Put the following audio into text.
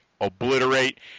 obliterate